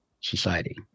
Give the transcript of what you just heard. society